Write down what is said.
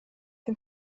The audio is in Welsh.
pum